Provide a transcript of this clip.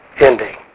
ending